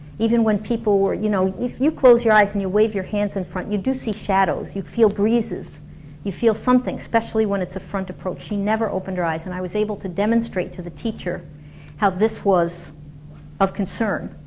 even when people were, you know if you close your eyes and you wave your hands in front you do see shadows, you feel breezes you feel something, especially when it's a front approach she never opened her eyes and i was able to demonstrate to the teacher how this was of concern